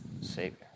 Savior